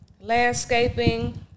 landscaping